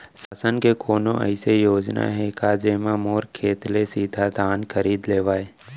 शासन के कोनो अइसे योजना हे का, जेमा मोर खेत ले सीधा धान खरीद लेवय?